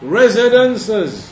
residences